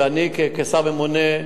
ואני כשר ממונה,